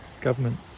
government